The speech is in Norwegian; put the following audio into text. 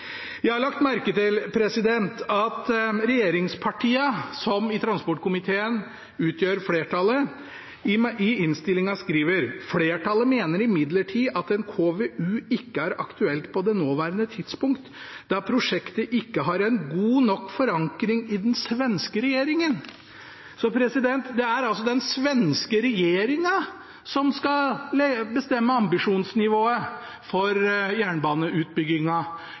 Jeg har lagt merke til at regjeringspartiene, som utgjør flertallet i transportkomiteen, skriver i innstillingen: «Flertallet mener imidlertid at en KVU ikke er aktuelt på det nåværende tidspunkt, da prosjektet ikke har en god nok forankring i den svenske regjeringen.» Det er altså den svenske regjeringen som skal bestemme ambisjonsnivået for